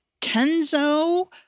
Kenzo